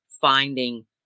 finding